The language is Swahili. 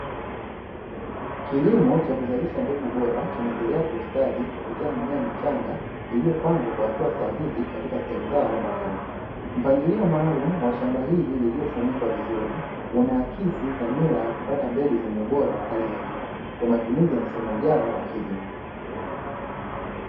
Kilimo cha kuzalisha mbegu bora kinaendelea kustawi kupitia mimea michanga iliyopangwa kwa hatua sahihi katika sehemu zao maalumu, mpangilio maalumu wa shamba hili lililofunikwa vizuri unaaksi dhamira ya kupata mbegu zenye ubora wa hali ya juu kwa matumizi ya msimu ujao wa kilimo.